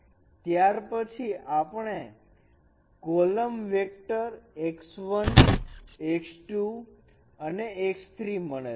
અને ત્યાર પછી આપણને column vector x 1 x 2 x 3 મળે છે